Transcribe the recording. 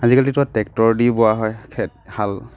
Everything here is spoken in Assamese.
আজিকালিতো ট্ৰেক্টৰ দি বোৱা হয় খে হাল